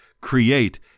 create